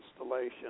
installation